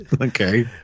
okay